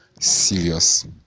serious